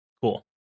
cool